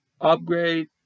upgrade